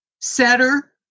setter